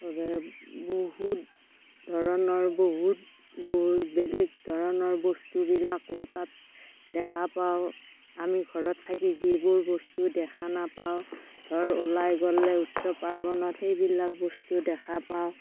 বহুত ধৰণৰ বহুত বেলেগ ধৰণৰ বস্তুবিলাকো তাত দেখা পাওঁ আমি ঘৰত থাকি যিবোৰ বস্তু দেখা নাপাওঁ ঘৰ ওলাই গ'লে উৎসৱ পাৰ্বণত সেইবিলাক বস্তু দেখা পাওঁ